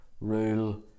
rule